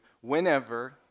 whenever